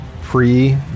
free